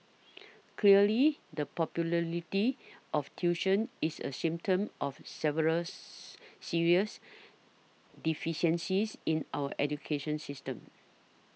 clearly the popularity of tuition is a symptom of several serious deficiencies in our education system